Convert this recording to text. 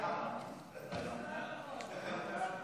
סעיפים 1 5